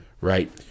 right